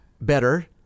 better